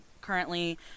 currently